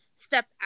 step